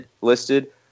listed